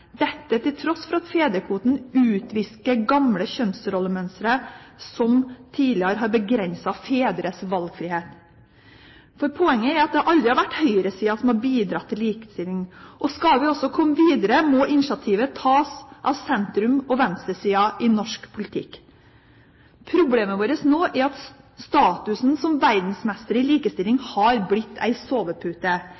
dette til tross for at fedrekvoten utvisker gamle kjønnsrollemønstre som tidligere har begrenset fedres valgfrihet. Poenget er at det aldri har vært høyresiden som har bidratt til likestilling. Skal vi også komme videre, må initiativet tas av sentrum og venstresiden i norsk politikk. Problemet vårt nå er at statusen som verdensmester i likestilling